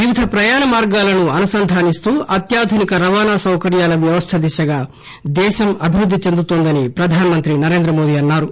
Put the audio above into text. వివిధ ప్రయాణ మార్గాలను అనుసంధానిస్తూ అత్యాధునిక రవాణ సౌకర్యాల వ్యవస్థ దిశగా దేశం అభివృద్ది చెందుతోందని ప్రధానమంత్రి నరేంద్రమోదీ అన్నారు